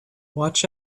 watch